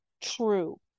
true